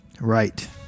Right